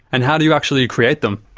and how do you actually create them?